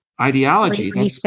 ideology